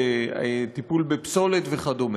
בטיפול בפסולת וכדומה.